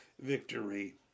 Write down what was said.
victory